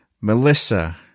Melissa